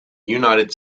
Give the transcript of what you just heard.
united